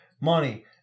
money